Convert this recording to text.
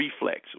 reflex